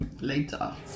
later